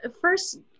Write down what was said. first